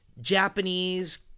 Japanese